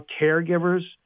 caregivers